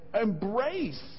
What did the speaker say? embrace